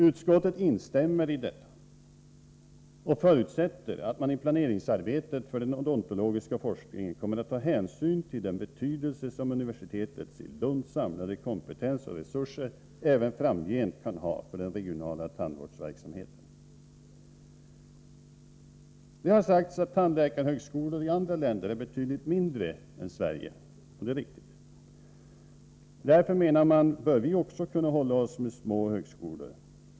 Utskottet instämmer i detta och förutsätter att man i planeringsarbetet för den odontologiska forskningen kommer att ta hänsyn till den betydelse som universitetets i Lund samlade kompetens och resurser även framgent kan ha för den regionala tandvårdsverksamheten. Det har sagts att tandläkarhögskolor i andra länder är betydligt mindre än i Sverige, och det är riktigt. Därför, menar man, bör också vi kunna hålla oss med små högskolor.